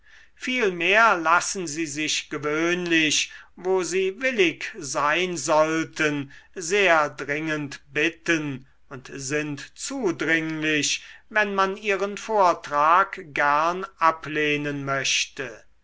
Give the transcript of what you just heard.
vielmehr lassen sie sich gewöhnlich wo sie willig sein sollten sehr dringend bitten und sind zudringlich wenn man ihren vortrag gern ablehnen möchte